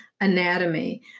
anatomy